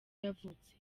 yavutse